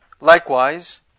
likewise